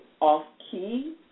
off-key